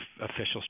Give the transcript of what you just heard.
officials